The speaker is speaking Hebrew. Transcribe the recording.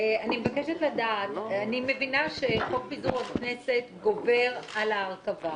אני מבקשת לדעת: אני מבינה שחוק פיזור הכנסת גובר על ההרכבה,